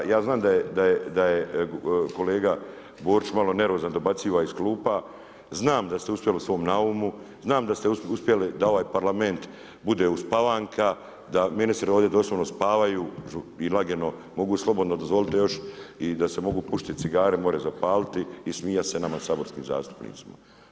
Ja znam da je kolega Borić malo nervozan, dobacuje iz klupa, znam da ste uspjeli u svom naumu, znam da ste uspjeli da ovaj Parlament bude uspavanka, da ministri ovdje doslovno spavaju i lagano mogu slobodno dozvoliti još i da se mogu pušiti cigarete, može zapaliti i smijati se nama saborskim zastupnicima.